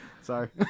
Sorry